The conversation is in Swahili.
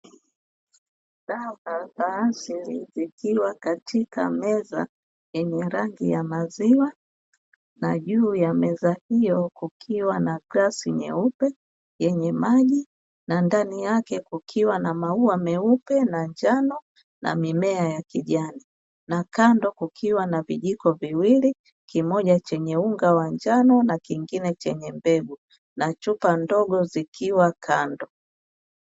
Dawa za asili, zikiwa katika meza yenye rangi ya maziwa na juu ya meza hiyo kukiwa na glasi nyeupe yenye maji, na ndani yake kukiwa na maua meupe na njano na mimea ya kijani, na kando kukiwa na vijiko viwili, kimoja chenye unga wa njano na kingine chenye mbegu na chupa ndogo zikiwa kando yake.